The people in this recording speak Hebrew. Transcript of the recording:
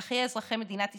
על חיי אזרחי מדינת ישראל,